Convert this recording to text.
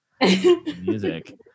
music